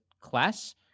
class